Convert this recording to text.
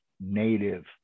Native